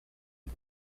you